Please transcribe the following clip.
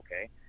Okay